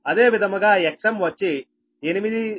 అదే విధముగాXm వచ్చి 8013